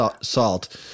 salt